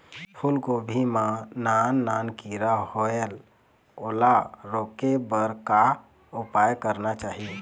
फूलगोभी मां नान नान किरा होयेल ओला रोके बर का उपाय करना चाही?